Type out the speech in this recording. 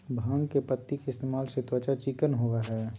भांग के पत्ति के इस्तेमाल से त्वचा चिकना होबय हइ